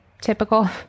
typical